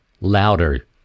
louder